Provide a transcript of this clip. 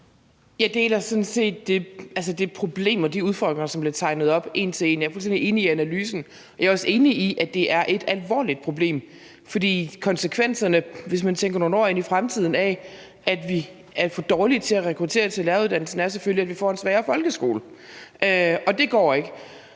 det problem og de udfordringer, der bliver tegnet op, en til en; jeg er fuldstændig enig i analysen. Jeg er også enig i, at det er et alvorligt problem. For konsekvenserne, hvis man tænker nogle år ud i fremtiden, af, at vi er for dårlige til at rekruttere til læreruddannelsen, er selvfølgelig, at vi får en svagere folkeskole, og det går ikke.